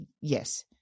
Yes